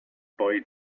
boy